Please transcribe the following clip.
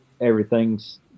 everything's